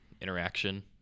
interaction